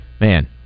man